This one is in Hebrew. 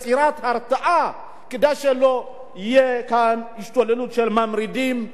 כדי שלא תהיה כאן השתוללות של ממרידים והשתוללות של אנשים